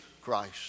Christ